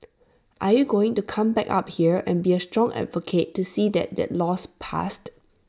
are you going to come back up here and be A strong advocate to see that that law's passed